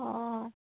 অঁ